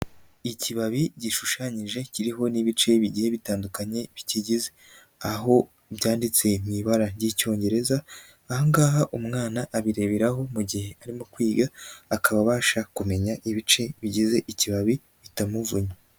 Ikibabi gishushanyije kiriho n'ibice bigiye bitandukanye bikigize, aho byanditse mu ibara ry'Icyongereza aha ngaha umwana abireberaho mu gihe arimo kwiga, akaba abasha kumenya ibice bigize ikibabi bitamuvunnye.